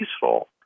peaceful